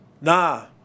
Nah